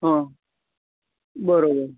હં બરોબર